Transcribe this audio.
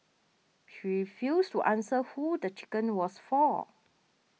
she refused to answer who the chicken was for